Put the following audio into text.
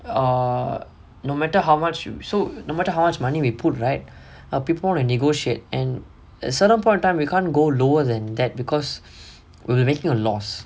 err no matter how much you so no matter how much money we put right people want to negotiate and at certain point of time we can't go lower than that because we were making a loss